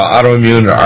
Autoimmune